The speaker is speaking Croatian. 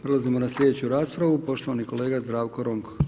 Prelazimo na slijedeću raspravu poštovani kolega Zdravko Ronko.